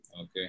Okay